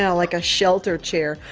yeah like a shelter chair.